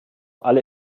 alle